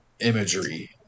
imagery